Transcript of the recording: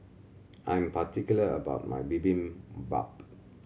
I am particular about my Bibimbap